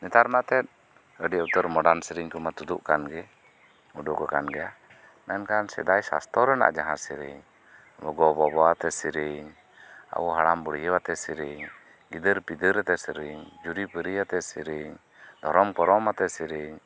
ᱱᱮᱛᱟᱨ ᱢᱟ ᱮᱱᱛᱮᱫ ᱟᱹᱰᱤ ᱩᱛᱟᱹᱨ ᱢᱚᱰᱟᱱ ᱥᱤᱨᱤᱧ ᱢᱟ ᱛᱩᱫᱩᱜ ᱠᱟᱱᱜᱤ ᱩᱰᱩᱠ ᱟᱠᱟᱱ ᱜᱮᱭᱟ ᱢᱮᱱᱠᱷᱟᱱ ᱥᱮᱫᱟᱭ ᱥᱟᱥᱛᱚ ᱨᱮᱱᱟᱜ ᱡᱟᱦᱟᱸ ᱥᱤᱨᱤᱧ ᱜᱚ ᱵᱟᱵᱟ ᱟᱛᱮ ᱥᱤᱨᱤᱧ ᱟᱵᱩ ᱦᱟᱲᱟᱢ ᱵᱩᱰᱦᱤᱣᱟᱛᱮ ᱥᱤᱨᱤᱧ ᱜᱤᱫᱟᱹᱨ ᱯᱤᱫᱟᱹᱨ ᱟᱛᱮ ᱥᱤᱨᱤᱧ ᱡᱩᱨᱤ ᱯᱟᱹᱨᱤ ᱟᱛᱮ ᱥᱤᱨᱤᱧ ᱫᱷᱚᱨᱚᱢ ᱠᱚᱨᱚᱢ ᱟᱛᱮ ᱥᱤᱨᱤᱧ